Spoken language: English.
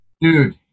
Dude